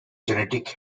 genetic